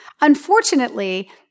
Unfortunately